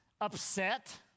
upset